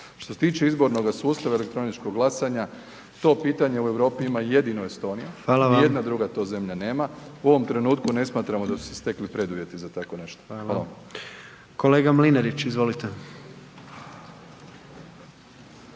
Što se tiče izbornoga sustava elektroničkog glasanja to pitanje u Europi ima jedino Estonija, nijedna druga to zemlja nema. U ovom trenutku ne smatramo da su se stekli preduvjeti za takvo nešto. Hvala vam. **Jandroković, Gordan